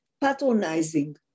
patronizing